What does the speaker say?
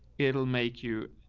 it'll make you.